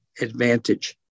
advantage